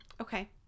Okay